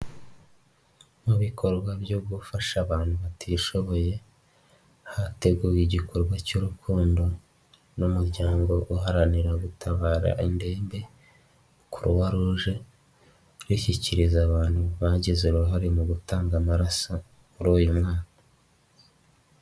Mu bikorwa byo gufasha abantu batishoboye, hateguwe igikorwa cy'urukundo n'umuryango uharanira gutabara indembe Croix Rouge, ishyikiriza abantu bagize uruhare mu gutanga amaraso muri uyu mwaka.